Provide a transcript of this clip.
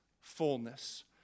fullness